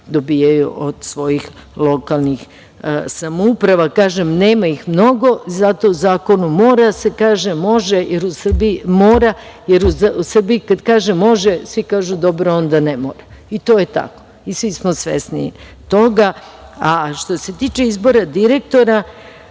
dobijaju od svojih lokalnih samouprava. Kažem, nema ih mnogo zato u zakonu mora da se kaže – može, jer u Srbiji kad kaže – može, svi kažu – dobro onda ne mora. To je tako i svi smo sveni toga. Što se tiče izbora direktora,